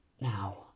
Now